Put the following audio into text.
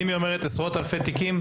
ואם היא אומרת עשרות אלפי תיקים,